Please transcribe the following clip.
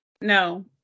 No